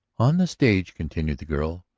on the stage, continued the girl,